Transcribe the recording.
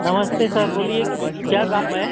नमस्ते सर बोलिए क्या काम है